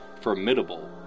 formidable